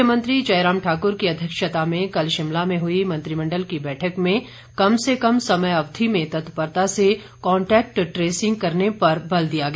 मुख्यमंत्री जयराम ठाकुर की अध्यक्षता में कल शिमला में हई मंत्रिमंडल की बैठक में कम से कम समय अवधि में तत्परता से कॉन्टेक्ट ट्रेसिंग करने पर बल दिया गया